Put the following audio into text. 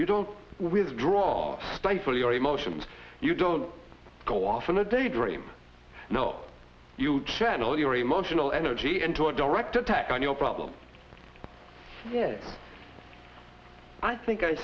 you don't withdraw stifle your emotions you don't go off in a daydream now you channel your emotional energy into a direct attack on your problem i think i